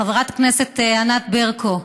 חברת הכנסת ענת ברקו,